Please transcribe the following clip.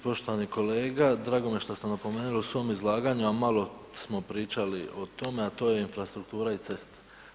Poštovani kolega, drago mi je što ste napomenuli u svom izlaganju, a malo smo pričali o tome, a to je infrastruktura i ceste.